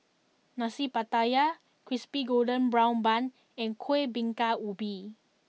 Nasi Pattaya Crispy Golden Brown Bun and Kueh Bingka Ubi